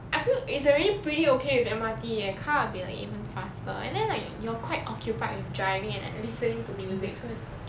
I feel it's already pretty okay with M_R_T eh car will be like even faster and then like you're quite occupied with driving and listening to music so it's okay